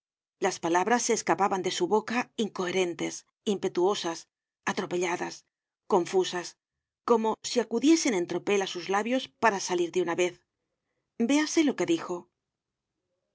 las palabras se escapaban de su boca incoherentes impetuosas atropelladas confusas como si acudiesen en tropel á sus labios para salir de una vez véase lo que dijo